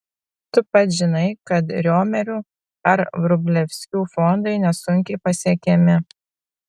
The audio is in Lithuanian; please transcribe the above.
tu pats žinai kad riomerių ar vrublevskių fondai nesunkiai pasiekiami